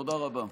תודה רבה.